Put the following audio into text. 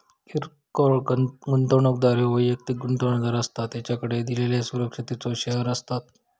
किरकोळ गुंतवणूकदार ह्यो वैयक्तिक गुंतवणूकदार असता ज्याकडे दिलेल्यो सुरक्षिततेचो शेअर्स असतत